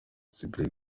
cyprien